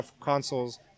consoles